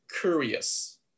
curious